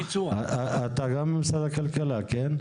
אתה גם ממשרד הכלכלה, נכון?